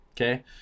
Okay